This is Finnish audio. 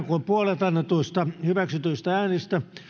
kuin puolet annetuista hyväksytyistä äänistä